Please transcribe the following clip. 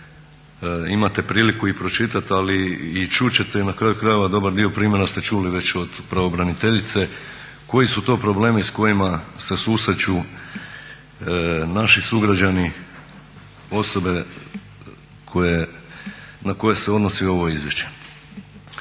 imate priliku i pročitati ali i čuti ćete i na kraju krajeva dobar dio primjera ste čuli već od pravobraniteljice koji su to problemi s kojima se susreću naši sugrađani, osobe na koje se odnosi ovo izvješće.